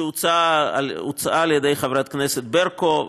שהוצעה על ידי חברת הכנסת ברקו,